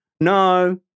no